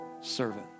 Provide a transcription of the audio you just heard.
servant